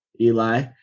Eli